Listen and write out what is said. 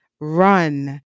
run